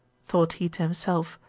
thought he to himself,